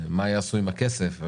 מה יעשו עם הכסף?